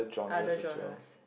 other genres